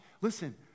Listen